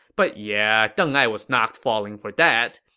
but yeah, deng ai was not falling for that.